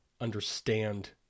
understand